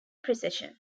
precession